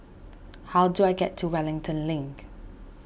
how do I get to Wellington Link